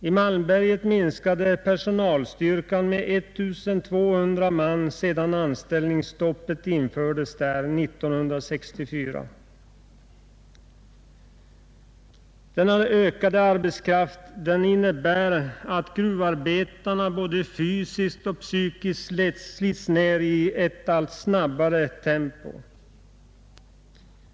I Malmberget har sålunda personalstyrkan gått ner med 1 200 man sedan anställningsstoppet infördes 1964. Den ökade arbetstakten innebär att gruvarbetarna både fysiskt och psykiskt slits ner allt snabbare.